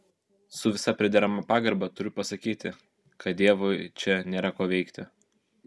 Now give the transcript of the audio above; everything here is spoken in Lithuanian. su visa priderama pagarba turiu pasakyti kad dievui čia nėra ko veikti